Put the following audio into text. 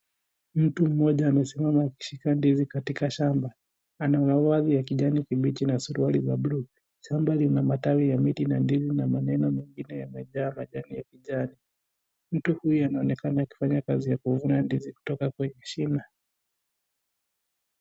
Mtu mmoja amesimama akishika ndizi katika shamba ana mavazi ya kijani kibichi na suruali za blu . Shamba lina matawi ya miti na ndizi na maneno mengine yamejaa majani ya kijani . Mtu huyu anaonekana kifanya kazi ya kuvuna ndizi kutoka kwenye shina.